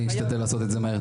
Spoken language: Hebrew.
אני אשתדל לעשות את זה מהר.